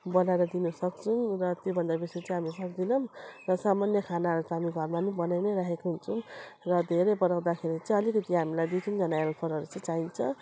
बनाएर दिनुसक्छौँ र त्योभन्दा बेसी चाहिँ हामी सक्दैनौँ र सामान्य खानाहरू त हामी घरमा पनि बनाइनै राखेको हुन्छौँ र धेरै बनाउँदाखेरि चाहिँ अलिकिति हामीलाई दुई तिनजना हेल्परहरू चाहिँ चाहिन्छ